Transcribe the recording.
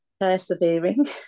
persevering